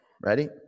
Ready